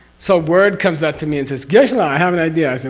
so, word comes up to me and says, geshela i have an idea.